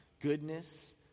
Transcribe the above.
goodness